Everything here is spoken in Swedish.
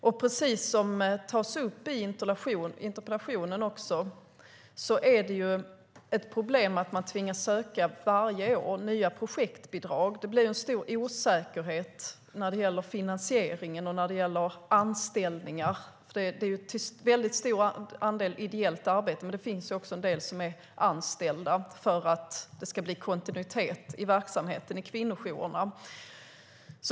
Som det sägs i interpellationen är det ett problem att kvinnojourerna varje år tvingas söka nya projektbidrag. Det blir en osäkerhet vad gäller finansieringen och anställningarna. Det är till stor del fråga om ideellt arbete, men det finns även en del som är anställda för att det ska finnas kontinuitet i verksamheten.